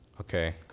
Okay